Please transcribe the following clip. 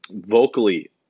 vocally